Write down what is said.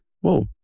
whoa